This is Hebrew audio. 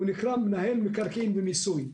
הוא נקרא מנהל מקרקעין ומיסוי,